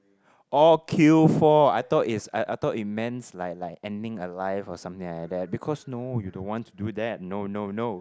orh queue for I thought is I I thought it meant like like ending a life or something like that because no you don't want to do that no no no